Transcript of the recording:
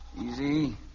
Easy